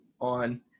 on